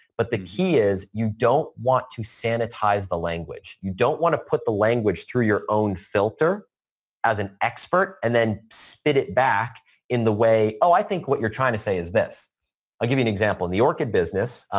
but the key is, you don't want to sanitize the language. you don't want to put the language through your own filter as an expert and then spit it back in the way, oh, i think what you're trying to say is this. ryan levesque i'll give you an example. in the orchid business,